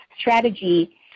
strategy